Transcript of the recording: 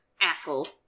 Asshole